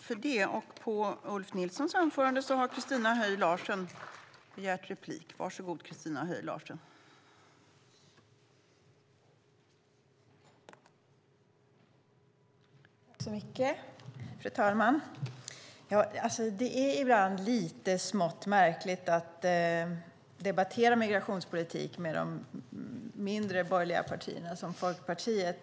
Fru talman! Det är ibland lite smått märkligt att debattera migrationspolitik med de mindre borgerliga partierna som Folkpartiet.